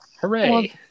hooray